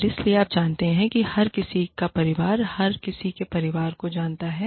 और इसलिए आप जानते हैं कि हर किसी का परिवार हर किसी के परिवार को जानता है